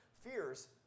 fears